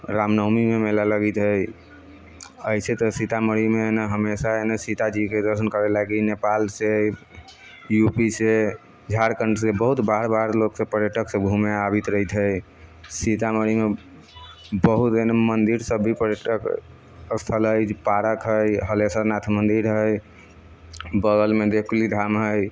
रामनवमीमे मेला लगैत हइ अइसे तऽ सीतामढ़ीमे हइ ने हमेशा हइ ने सीताजीके दर्शन करै लागी नेपालसँ यू पी सँ झारखण्डसँ बहुत बाहर बाहरसँ पर्यटकसब घूमै आबैत रहैत हइ सीतामढ़ीमे बहुत एहन मन्दिर सब भी पर्यटक स्थल हइ पारक हइ हलेश्वरनाथ मन्दिर हइ बगलमे देकुली धाम हइ